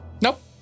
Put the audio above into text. Nope